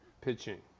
pitching